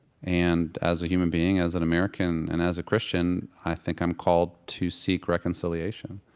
and as a human being, as an american, and as a christian, i think i'm called to seek reconciliation.